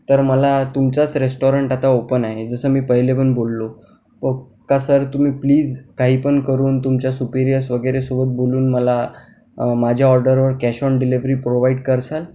तर मला तुमच्याच रेस्टॉरंट आता ओपन आहे जसं मी पहिले पण बोललो ओ का सर तुम्ही प्लिज काही पण करून तुमच्या सुपीरिअर्स वगैरे सोबत बोलून मला माझ्या ऑर्डरवर कॅश ऑन डिलिव्हरी प्रोव्हाइड करसाल